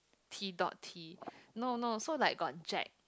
T dot T no no so like got Jack